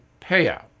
payout